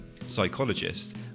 psychologist